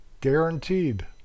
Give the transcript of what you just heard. guaranteed